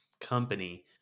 company